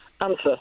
Answer